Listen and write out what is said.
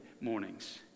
mornings